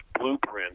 blueprint